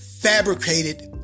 fabricated